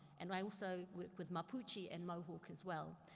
and i also work with mapuche yeah and mohawk as well.